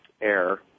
air